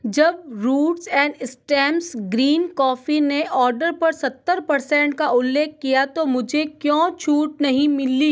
जब roots and stems green coffee ने order पर सत्तर परसेंट का उल्लेख किया तो मुझे क्यों छूट नहीं मिली